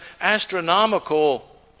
astronomical